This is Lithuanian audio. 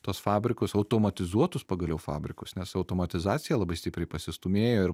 tuos fabrikus automatizuotus pagaliau fabrikus nes automatizacija labai stipriai pasistūmėjo ir